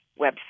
website